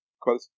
quote